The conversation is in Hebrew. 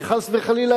כי חס וחלילה,